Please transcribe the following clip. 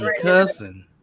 cussing